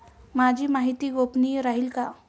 माझी माहिती गोपनीय राहील का?